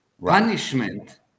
Punishment